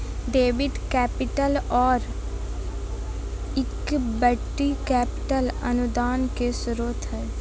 debit capital, आर equity capital अनुदान के स्रोत हय